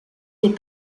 les